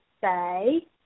say